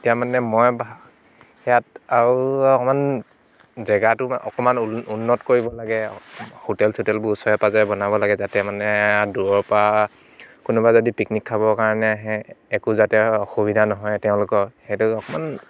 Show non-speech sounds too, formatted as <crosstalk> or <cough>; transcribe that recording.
এতিয়া মানে মই <unintelligible> সেয়াত আৰু অকণমান জেগাটো অকণমান উন্নত কৰিব লাগে আৰু হোটেল চোটেলবোৰ ওচৰে পাজৰে বনাব লাগে যাতে মানে দূৰৰ পৰা কোনোবা যদি পিকনিক খাবৰ কাৰণে আহে একো যাতে অসুবিধা নহয় তেওঁলোকৰ সেইটো অকণমান